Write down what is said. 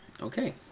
Okay